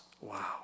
wow